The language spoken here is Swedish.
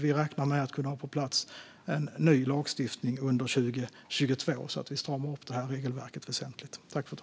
Vi räknar med att kunna ha på plats en ny lagstiftning under 2022, där vi stramar upp det här regelverket väsentligt.